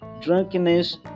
drunkenness